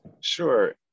Sure